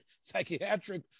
psychiatric